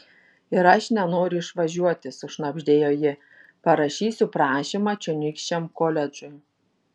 ir aš nenoriu išvažiuoti sušnabždėjo ji parašysiu prašymą čionykščiam koledžui